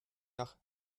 nach